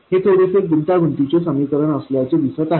हे थोडेसे गुंतागुंतीचे समीकरण असल्याचे दिसत आहे